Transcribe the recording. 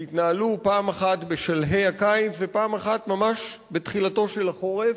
שהתנהלו פעם אחת בשלהי הקיץ ופעם אחת ממש בתחילתו של החורף,